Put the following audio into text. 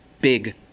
big